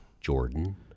Jordan